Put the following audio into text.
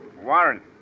Warren